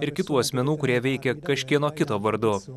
ir kitų asmenų kurie veikė kažkieno kito vardu